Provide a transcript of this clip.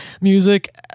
music